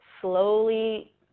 slowly